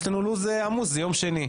יש לנו לו"ז עמוס זה יום שני,